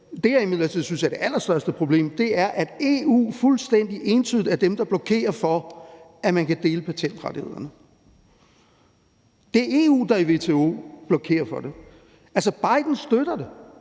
synes er det allerstørste problem, er, at EU fuldstændig entydigt er dem, der blokerer for, at man kan dele patentrettighederne. Det er EU, der i WTO blokerer for det. Biden støtter det.